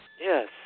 Yes